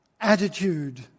attitude